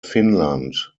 finland